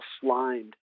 slimed